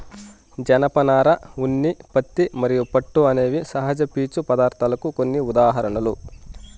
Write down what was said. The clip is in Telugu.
జనపనార, ఉన్ని, పత్తి మరియు పట్టు అనేవి సహజ పీచు పదార్ధాలకు కొన్ని ఉదాహరణలు